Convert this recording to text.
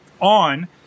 on